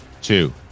two